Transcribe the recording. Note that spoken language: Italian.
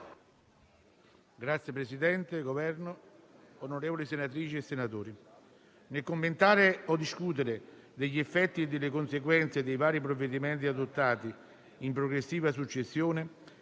rappresentanti del Governo, onorevoli senatrici e senatori, nel commentare o discutere degli effetti e delle conseguenze dei vari provvedimenti adottati in progressiva successione